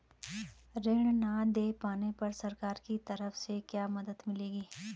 ऋण न दें पाने पर सरकार की तरफ से क्या मदद मिलेगी?